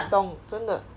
懂真的